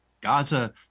Gaza